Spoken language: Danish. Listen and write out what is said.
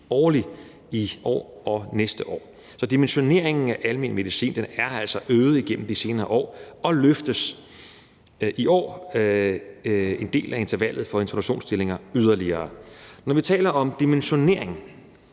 årligt i år og næste år. Så dimensioneringen af almen medicin er altså øget gennem de senere år, og i år øges antallet af introduktionsstillinger yderligere. Når vi taler om dimensionering,